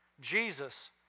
Jesus